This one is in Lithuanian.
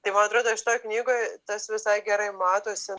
tai man atrodo šitoj knygoj tas visai gerai matosi